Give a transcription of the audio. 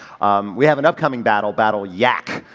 um we have an upcoming battle, battle yak,